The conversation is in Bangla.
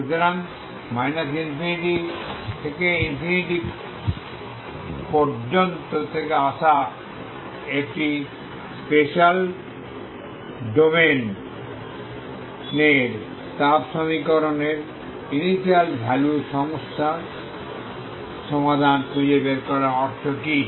সুতরাং ∞∞ থেকে আসা একটি স্পেসিয়াল ডোমেইনের তাপ সমীকরণের ইনিশিয়াল ভ্যালু সমস্যার সমাধান খুঁজে বের করার অর্থ কী